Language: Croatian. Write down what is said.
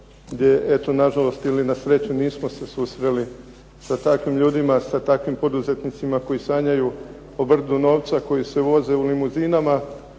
gdje eto na žalost ili na sreću nismo se susreli sa takvim ljudima, sa takvim poduzetnicima koji sanjaju o brdu novca, koji se voze u limuzinama,